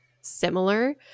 similar